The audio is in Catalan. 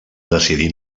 decidir